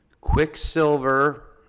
Quicksilver